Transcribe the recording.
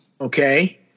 Okay